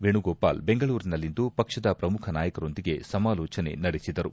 ವೇಣುಗೋಪಾಲ ಬೆಂಗಳೂರಿನಲ್ಲಿಂದು ಪಕ್ಷದ ಪ್ರಮುಖ ನಾಯಕರೊಂದಿಗೆ ಸಮಾಲೋಚನೆ ನಡೆಸಿದರು